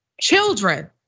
children